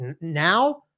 now